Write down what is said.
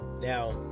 Now